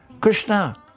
Krishna